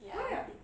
ya